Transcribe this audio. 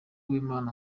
uwimana